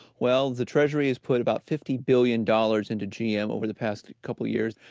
well, the treasury has put about fifty billion dollars into gm over the past couple of years.